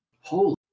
Holy